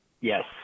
Yes